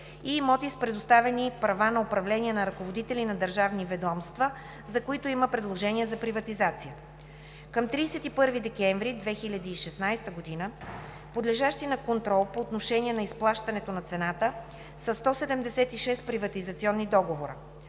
и имоти с предоставени права на управление на ръководители на държавни ведомства, за които има предложения за приватизация. Към 31 декември 2016 г. подлежащи на контрол по отношение на изплащането на цената са 176 приватизационни договора.